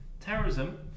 terrorism